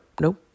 nope